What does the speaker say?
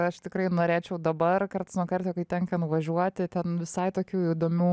aš tikrai norėčiau dabar karts nuo karto kai tenka nuvažiuoti ten visai tokių įdomių